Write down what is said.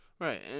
Right